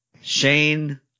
Shane